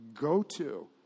go-to